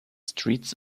streets